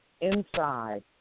inside